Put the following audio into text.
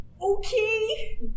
Okay